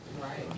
Right